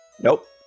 Nope